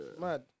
mad